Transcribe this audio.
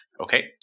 Okay